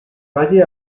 valle